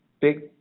big